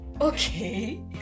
okay